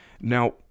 Now